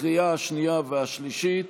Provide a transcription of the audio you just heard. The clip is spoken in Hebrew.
לקריאה השנייה והשלישית.